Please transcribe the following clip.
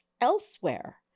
elsewhere